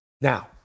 Now